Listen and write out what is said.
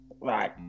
right